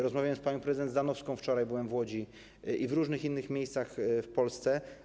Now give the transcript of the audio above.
Rozmawiałem z panią prezydent Zdanowską wczoraj, byłem w Łodzi i w różnych innych miejscach w Polsce.